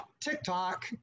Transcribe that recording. TikTok